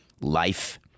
life